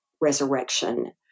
resurrection